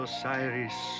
Osiris